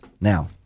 Now